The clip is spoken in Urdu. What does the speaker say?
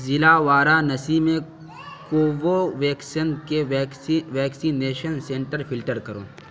ضلع وارانسی میں کووو ویکسن کے ویکسینیشن سنٹر فلٹر کرو